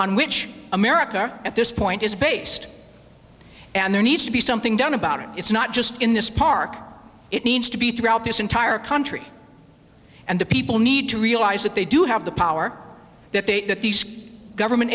on which america at this point is based and there needs to be something done about it it's not just in this park it needs to be throughout this entire country and the people need to realize that they do have the power that they that the government